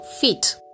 feet